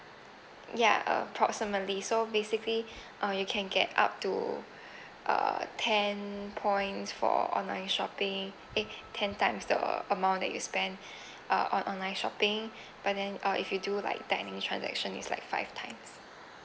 ya approximately so basically uh you can get up to uh ten points for online shopping eh ten times the amount that you spend uh on online shopping but then uh if you do like dining transaction is like five times